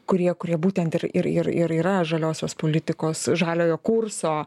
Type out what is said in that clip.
kurie kurie būtent ir ir ir ir yra žaliosios politikos žaliojo kurso